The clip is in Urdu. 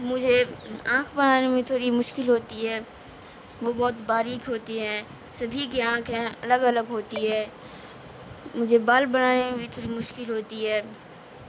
مجھے آنکھ بنانے میں تھوڑی مشکل ہوتی ہے وہ بہت باریک ہوتی ہیں سبھی کی آنکھیں الگ الگ ہوتی ہے مجھے بال بنانے میں بھی تھوڑی مشکل ہوتی ہے